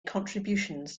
contributions